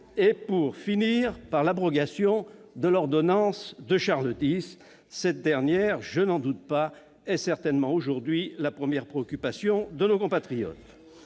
et, pour finir, par l'abrogation d'une ordonnance de Charles X. Cette dernière, je n'en doute pas, est certainement aujourd'hui la première préoccupation de nos compatriotes